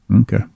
Okay